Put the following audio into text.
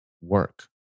work